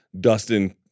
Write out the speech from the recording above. Dustin